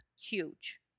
Huge